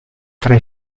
tre